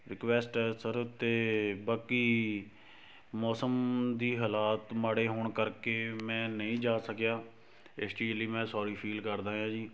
request ਹੈ sir ਅਤੇ ਬਾਕੀ ਮੌਸਮ ਦੀ ਹਾਲਾਤ ਮਾੜੇ ਹੋਣ ਕਰ ਕੇ ਮੈਂ ਨਹੀਂ ਜਾ ਸਕਿਆ ਇਸ ਚੀਜ਼ ਲਈ ਮੈਂ ਸੋਰੀ ਫੀਲ ਕਰਦਾ ਹਾਂ ਜੀ